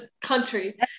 country